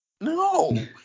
no